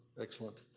excellent